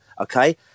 Okay